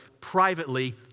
privately